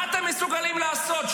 מה אתם מסוגלים לעשות?